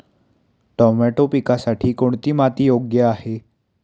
Tomato पिकासाठी कोणती माती योग्य आहे?